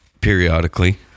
periodically